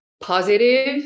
positive